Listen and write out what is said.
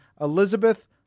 Elizabeth